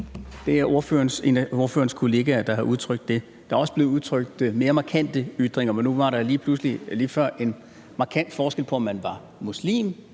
Det er en af ordførerens kollegaer, der har udtrykt det. Der er også blevet udtrykt mere markante ytringer, men nu var der lige pludselig lige før en markant forskel på, om man var muslim,